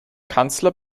kanzler